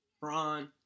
Bron